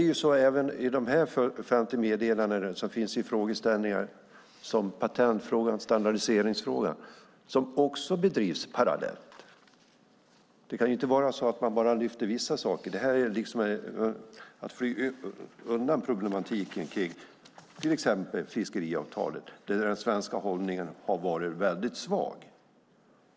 Men arbetet med dessa 50 meddelanden och frågor, till exempel patentfrågan och standardiseringsfrågan, bedrivs också parallellt. Det kan inte vara så att bara vissa saker lyfts fram. Det här är att fly undan problemen med till exempel fiskeriavtalet där den svenska hållningen har varit svag.